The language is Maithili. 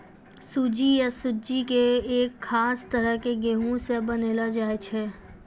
सूजी या सुज्जी कॅ एक खास तरह के गेहूँ स बनैलो जाय छै